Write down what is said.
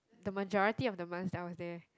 the majority of the months that I was there